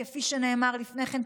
כפי שנאמר לפני כן,